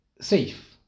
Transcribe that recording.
safe